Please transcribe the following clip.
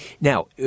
Now